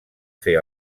fer